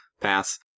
pass